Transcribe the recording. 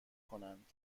کنند